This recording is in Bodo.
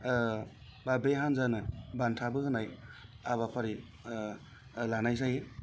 बा बे हान्जानो बान्थाबो होनाय हाबाफारि लानाय जायो